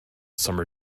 summer